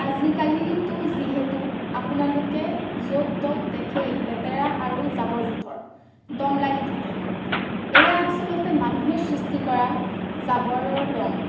আজিকালিতো যিহেতু আপোনালোকে য'ত ত'ত দেখেই লেতেৰা আৰু জাবৰ জোঁথৰ দম লাগি থাকে এয়া আচলতে মানুহে সৃষ্টি কৰা জাবৰৰ দম